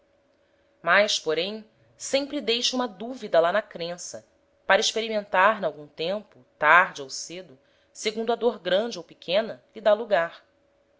mas porém sempre deixa uma duvida lá na crença para experimentar n'algum tempo tarde ou cedo segundo a dôr grande ou pequena lhe dá lugar